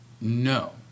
No